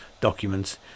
documents